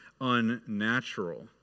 unnatural